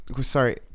sorry